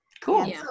Cool